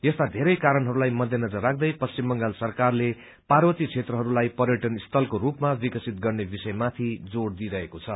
यस्ता धेरै क्वरणहरूलाई मध्य नजर राख्दै पश्चिम बंगाल सरकारले पार्वतीय क्षेत्रहरूलाई पर्यटन स्थलको रूपमा विकसित गर्ने विषयमाथि जोड़ दिइरहेको छ